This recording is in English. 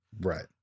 Right